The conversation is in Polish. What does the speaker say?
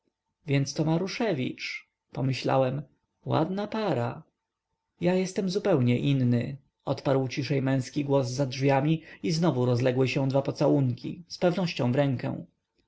więc to maruszewicz pomyślałem ładna para ja jestem zupełnie inny odparł ciszej męski głos za drzwiami i znowu rozległy się dwa pocałunki zpewnością w rękę